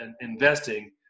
investing